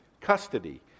custody